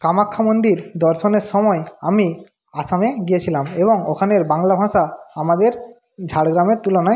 কামাক্ষ্যা মন্দির দর্শনের সময় আমি আসামে গিয়েছিলাম এবং ওখানের বাংলা ভাষা আমাদের ঝাড়গ্রামের তুলনায়